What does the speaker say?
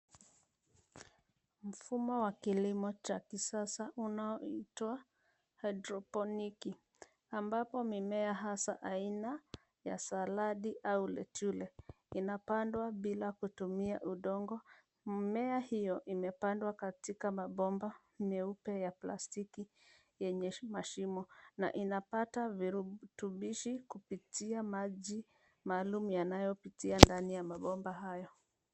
Mfumo wa kilimo cha kisasa unaoitwa haidroponiki ambapo mimea hasa aina ya saladi au lettuce inapandwa bila kutumia udongo. Mimea hiyo imepandwa katika mabomba meupe ya plastiki yenye mashimo na inapata virutubishi kupitia maji maalum yanayopitia ndani ya mabomba hayo.